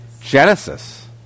Genesis